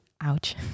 ouch